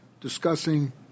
discussing